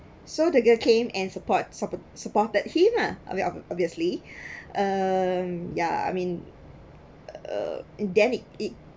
so the girl came and support sup~ supported him lah obviou~ obviously um yeah I mean uh then it it